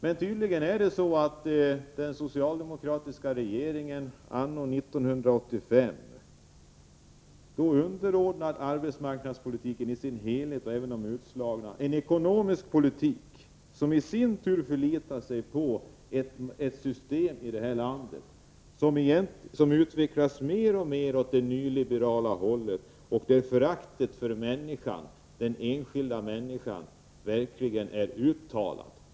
Men tydligen är det så att den socialdemokratiska regeringen anno 1985 underordnar arbetsmarknadspolitiken och därmed de utslagna en ekonomisk politik, som i sin tur förlitar sig på ett system i detta land som utvecklas mer och mer åt det nyliberala hållet och där föraktet för den enskilda människan verkligen är uttalat.